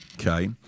Okay